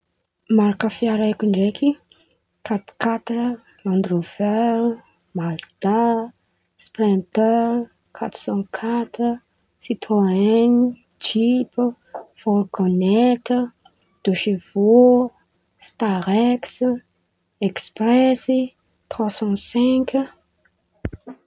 Marika fiara haiko ndraiky: katikaty, randrôvera, Mazda, sprintera, katisankatira, sitrôeny, jipy, fôrgônety, desevô, stareksa, ekspresy, troasan sainky.